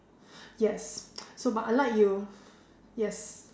yes so but I like yes